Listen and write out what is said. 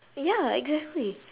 ya exactly